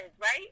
right